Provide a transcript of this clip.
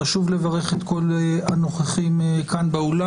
לשוב לברך את כל הנוכחים כאן באולם.